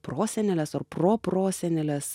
prosenelės ar proprosenelės